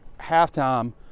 halftime